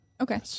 Okay